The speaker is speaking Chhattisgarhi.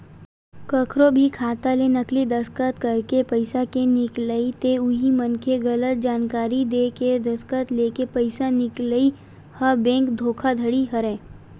कखरो भी खाता ले नकली दस्कत करके पइसा के निकलई ते उही मनखे ले गलत जानकारी देय के दस्कत लेके पइसा निकलई ह बेंक धोखाघड़ी हरय